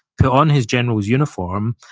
put on his general's uniform,